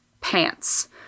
pants